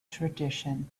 tradition